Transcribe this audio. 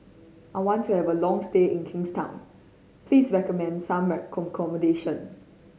I want to have a long stay in Kingstown please recommend some accommodation